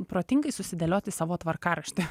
protingai susidėlioti savo tvarkaraštį